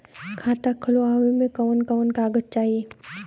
खाता खोलवावे में कवन कवन कागज चाही?